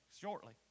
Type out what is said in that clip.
shortly